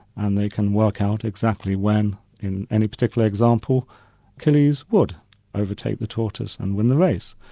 and they can work out exactly when in any particular example achilles would overtake the tortoise and win the race.